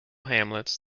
hamlets